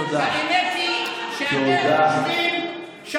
היא לא תחול רק על יהודים.